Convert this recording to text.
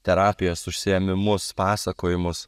terapijos užsiėmimus pasakojimus